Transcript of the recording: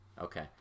Okay